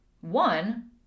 One